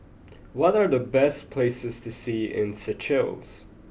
what are the best places to see in Seychelles